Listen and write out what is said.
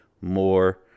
more